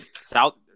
South